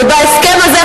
ובהסכם הזה,